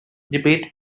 debate